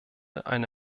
eine